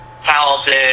talented